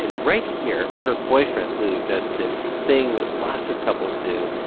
right here, her boyfriend lu does this thing which lots of couples do.